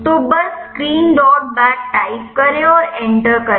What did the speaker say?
तो बस screen dot bat type करें और एंटर करें